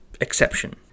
exception